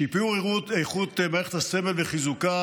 שיפור איכות מערכת הסמל וחיזוקה: